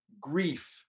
grief